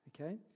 Okay